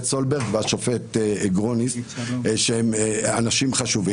סולברג והשופט גרוניס שהם אנשים חשובים.